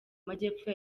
majyepfo